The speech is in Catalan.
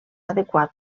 adequat